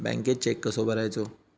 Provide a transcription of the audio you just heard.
बँकेत चेक कसो भरायचो?